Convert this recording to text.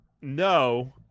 no